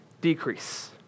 decrease